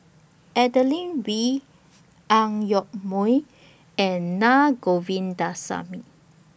Adeline Bee Ang Yoke Mooi and Naa Govindasamy